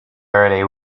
early